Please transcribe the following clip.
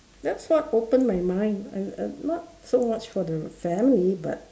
that's what opened my mind I I am a not so much for the family but